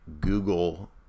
Google